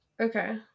Okay